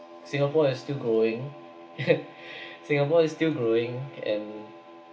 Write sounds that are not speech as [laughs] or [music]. singapore has still growing [laughs] singapore is still growing and